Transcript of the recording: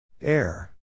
Air